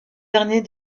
derniers